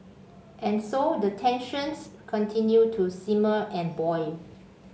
and so the tensions continue to simmer and boil